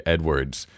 Edwards